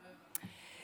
לא הבנתי.